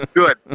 good